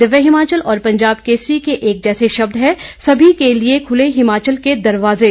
दिव्य हिमाचल और पंजाब केसरी के एक जैसे शब्द हैं सभी के लिए खुले हिमाचल के दरवाजे